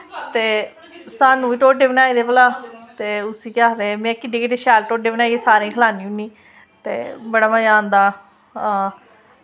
ते सानू बी ढोडे बनाई दे भला ते उसी केह् आखदे में केड्डे केड्डे शैल ढोडे बनाइयै सारें गी खलान्नी होन्नी ते बड़ा मज़ा आंदा हा